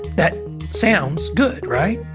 that sounds good, right?